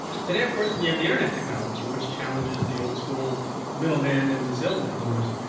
today, of course, we have the internet technology, which challenges the old school middleman and the salesman, of course.